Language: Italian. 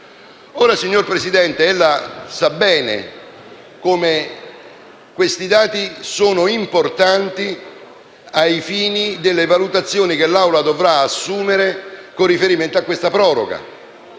signor Presidente, ella sa bene come questi dati siano importanti ai fini delle valutazioni che l'Assemblea dovrà assumere con riferimento a questa proroga,